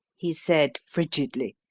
he said frigidly,